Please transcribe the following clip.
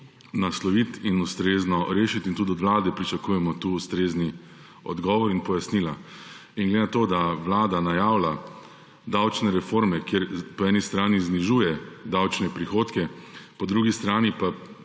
nasloviti in ustrezno rešiti. In tudi od vlade pričakujemo tu ustrezen odgovor in pojasnila. In ker vlada najavlja davčne reforme, kjer po eni strani znižuje davčne prihodke, po drugi strani pa